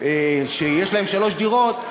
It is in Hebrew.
שיש להם שלוש דירות,